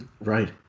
Right